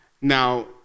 Now